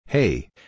Hey